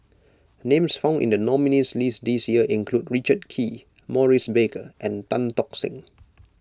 names found in the nominees' list this year include Richard Kee Maurice Baker and Tan Tock Seng